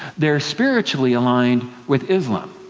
they're spiritually aligned with islam.